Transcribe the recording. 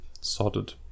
sorted